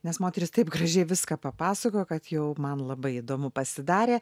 nes moterys taip gražiai viską papasakojo kad jau man labai įdomu pasidarė